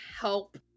help